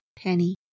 penny